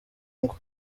ngo